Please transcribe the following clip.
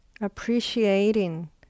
appreciating